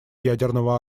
ядерного